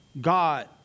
God